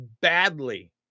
badly